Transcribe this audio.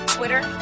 Twitter